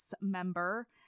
member